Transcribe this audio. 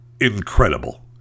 Incredible